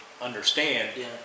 understand